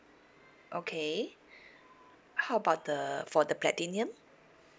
okay how about the for the platinum